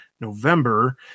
November